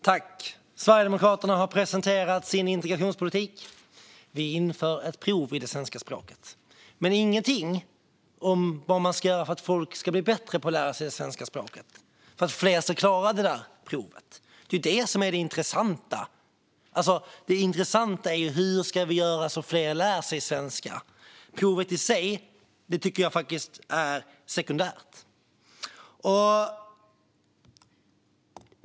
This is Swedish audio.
Herr talman! Sverigedemokraterna har presenterat sin integrationspolitik, och det är att införa ett prov i svenska språket. Men man säger inget om vad man ska göra för att folk ska bli bättre på att lära sig svenska språket för att klara detta prov. Det intressanta är ju hur vi ska göra så att fler lär sig svenska. Provet i sig är faktiskt sekundärt.